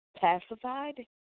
pacified